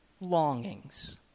longings